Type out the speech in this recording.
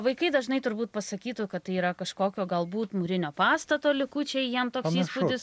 vaikai dažnai turbūt pasakytų kad tai yra kažkokio galbūt mūrinio pastato likučiai jiem toks įspūdis